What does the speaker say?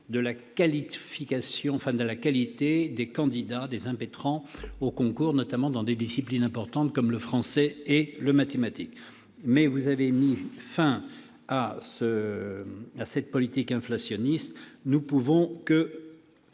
de la qualité des candidats aux concours, notamment dans des disciplines importantes comme le français ou les mathématiques. Vous avez mis fin à cette politique inflationniste, et nous ne pouvons que